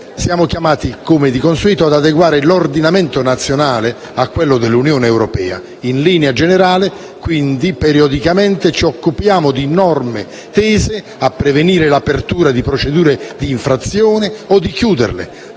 siamo chiamati, come di consueto, ad adeguare l'ordinamento nazionale a quello dell'Unione europea. In linea generale, quindi, periodicamente ci occupiamo di norme tese a prevenire l'apertura di procedure di infrazione o a chiuderle,